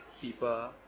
people